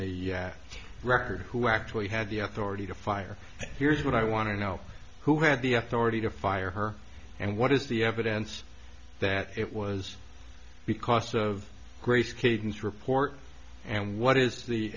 the record who actually had the authority to fire here's what i want to know who had the authority to fire her and what is the evidence that it was because of grace cadence report and what is the